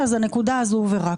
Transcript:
אז הנקודה הזו הובהרה.